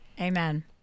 Amen